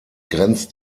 grenzt